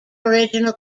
original